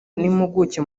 n’impuguke